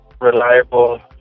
Reliable